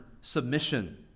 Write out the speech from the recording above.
submission